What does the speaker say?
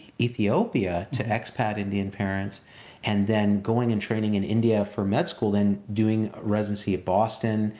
ethiopia, to expat indian parents and then going and training in india for med school, then doing residency at boston,